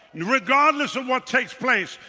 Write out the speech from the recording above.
regardless of what takes place.